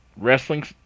wrestling